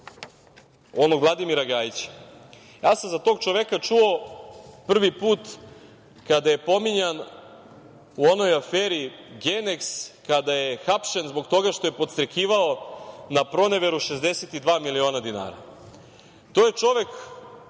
onog Vladimira Gajića.Za tog čoveka sam čuo prvi put kada je pominjan u onoj aferi Geneks, kada je hapšen zbog toga što je podstrekivao na proneveru 62 miliona dinara. To je čovek